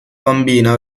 bambina